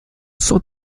sans